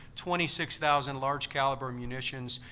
twenty six thousand large caliber munitions.